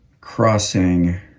crossing